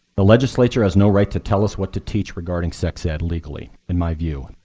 the legislature has no right to tell us what to teach regarding sex ed legally, in my view,